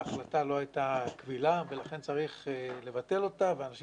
ההחלטה לא הייתה קבילה ולכן צריך לבטל אותה והאנשים